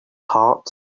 heart